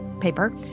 paper